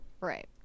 Right